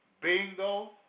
bingo